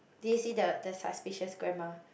did you see the the suspicious grandma